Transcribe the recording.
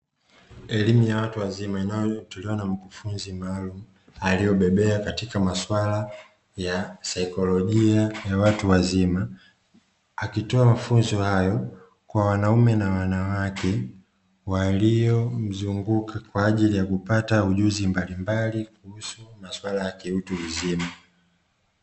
Elimu ya watu wazima inayotolewa na mkufunzi maalumu aliyebobea katika maswala ya saikolojia ya watu wazima, akitoa mafunzo hayo kwa wanaume na wanawake waliomzunguka kwa ajili ya kupata ujuzi mbalimbali kuhusu maswala ya kiutu uzima.